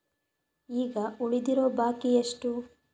ಈಗ ಉಳಿದಿರೋ ಬಾಕಿ ಎಷ್ಟು?